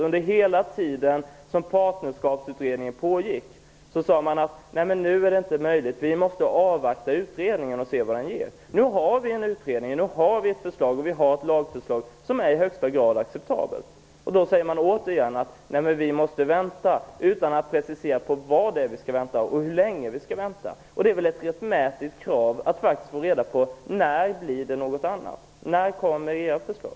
Hela den tid som Partnerskapskommittén arbetade sade man: Det är inte möjligt nu, vi måste avvakta utredningen och se vad den ger. Nu har vi en utredning. Vi har ett lagförslag som är i högsta grad acceptabelt. Då säger man återigen att vi måste vänta, utan att precisera vad det är vi skall vänta på och hur länge. Det är väl ett rättmätigt krav att få reda på när det blir något annat. När kommer ert förslag?